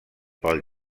pel